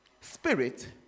Spirit